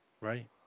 Right